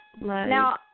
Now